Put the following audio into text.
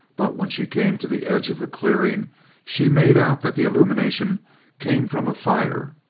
but when she came to the edge of the clearing she made out that the illumination came from a fire,